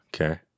Okay